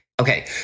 Okay